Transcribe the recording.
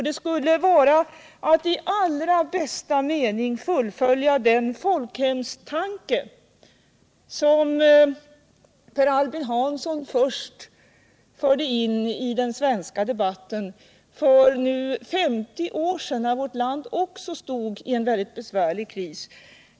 Detta innebär att i allra bästa mening fullfölja den folkhemstanke som Per Albin Hansson först förde in i den svenska debatten för nu 50 år sedan, när vårt land också befann sig i mycket besvärlig kris.